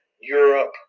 Europe